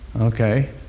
Okay